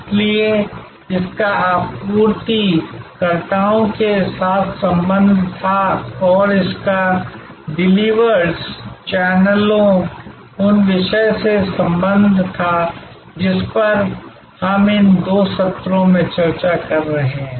इसलिए इसका आपूर्तिकर्ताओं के साथ संबंध था और इसका डिलिवरर्स चैनलों उस विषय से संबंध था जिस पर हम इन दो सत्रों में चर्चा कर रहे हैं